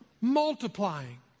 multiplying